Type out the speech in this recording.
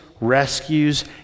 rescues